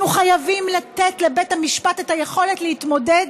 אנחנו חייבים לתת לבית המשפט את היכולת להתמודד